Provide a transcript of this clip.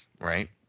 Right